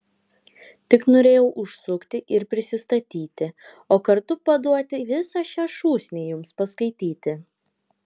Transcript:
tik norėjau užsukti ir prisistatyti o kartu paduoti visą šią šūsnį jums paskaityti